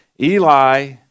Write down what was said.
Eli